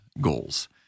goals